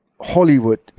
Hollywood